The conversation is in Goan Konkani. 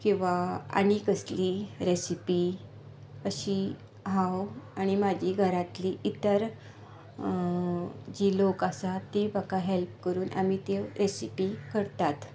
किंवा आनी कसलीय रेसिपी अशी हांव आनी म्हजीं घरांतलीं इतर जी लोक आसात ती म्हाका हेल्प करून आमी त्यो रेसिपी करतात